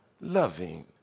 loving